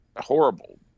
horrible